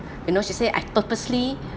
you know she say I purposely